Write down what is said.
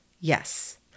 Yes